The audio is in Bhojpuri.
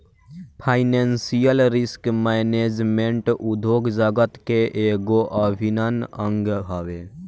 फाइनेंशियल रिस्क मैनेजमेंट उद्योग जगत के एगो अभिन्न अंग हवे